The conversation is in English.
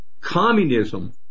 communism